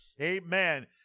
Amen